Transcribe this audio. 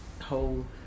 whole